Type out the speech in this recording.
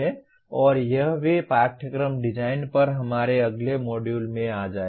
और यह भी पाठ्यक्रम डिजाइन पर हमारे अगले मॉड्यूल में आ जाएगा